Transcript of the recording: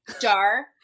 Jar